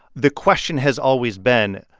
the question has always been,